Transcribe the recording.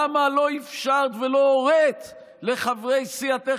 למה לא אפשרת ולא הורית לחברי סיעתך